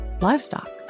livestock